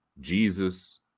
Jesus